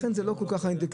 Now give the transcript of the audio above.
לכן זה לא כל כך האינדיקציה.